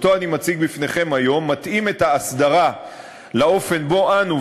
שאני מציג בפניכם היום מתאים את האסדרה לאופן שבו אנו,